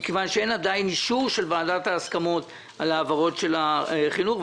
כיוון שאין עדיין אישור של ועדת ההסכמות על העברות של החינוך.